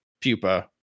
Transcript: pupa